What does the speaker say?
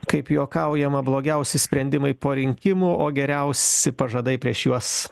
kaip juokaujama blogiausi sprendimai po rinkimų o geriausi pažadai prieš juos